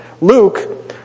Luke